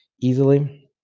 easily